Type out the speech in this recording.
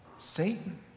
Satan